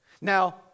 Now